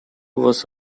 was